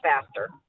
faster